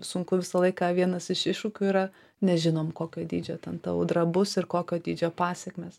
sunku visą laiką vienas iš iššūkių yra nežinom kokio dydžio ten ta audra bus ir kokio dydžio pasekmės